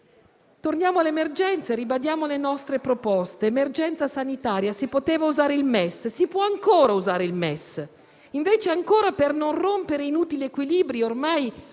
Torniamo all'emergenza e ribadiamo le nostre proposte. Per l'emergenza sanitaria si poteva usare il MES e si può ancora usare il MES; invece, per non rompere inutili equilibri, c'è